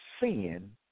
sin